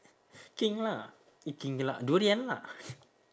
king lah eh king lah durian lah